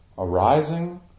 Arising